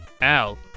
Al